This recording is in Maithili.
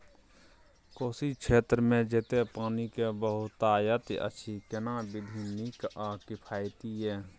कोशी क्षेत्र मे जेतै पानी के बहूतायत अछि केना विधी नीक आ किफायती ये?